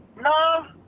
No